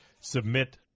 submit